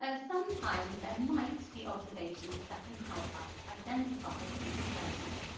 ah sometimes there might be observations that can help us identify these stones.